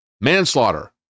Manslaughter